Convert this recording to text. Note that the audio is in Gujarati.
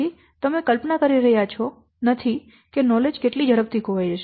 તેથી તમે કલ્પના કરી રહ્યા નથી કે નોલેજ કેટલી ઝડપથી ખોવાઈ જશે